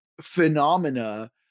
phenomena